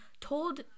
told